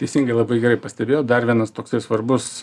teisingai labai gerai pastebėjot dar vienas toksai svarbus